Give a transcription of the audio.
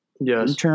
Yes